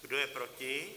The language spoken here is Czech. Kdo je proti?